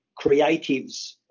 creatives